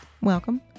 Welcome